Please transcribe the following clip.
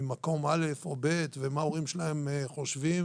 ממקום א' או ב' ומה ההורים שלהם חושבים,